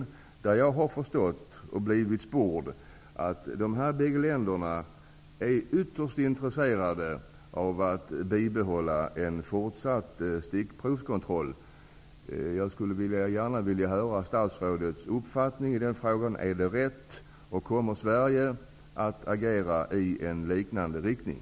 Såvitt jag förstår, för detta har jag sport, är de här bägge länderna ytterst intresserade av att bibehålla stickprovskontrollen även i fortsättningen. Jag skulle vilja höra vad statsrådet har för uppfattning i den frågan: Är det rätt, och kommer Sverige att agera ungefär i den riktningen?